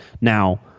Now